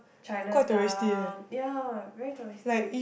Chinatown ya very touristy